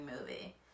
movie